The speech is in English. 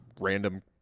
random